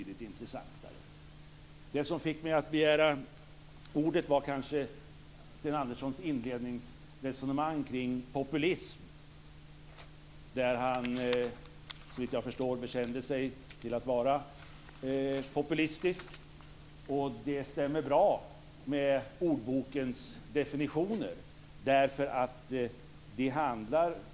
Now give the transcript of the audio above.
Det som fick mig att begära ordet var Sten Anderssons inledande resonemang om populism. Han bekände där såvitt jag förstår att han är populistisk, och det stämmer bra med ordboksdefinitionerna.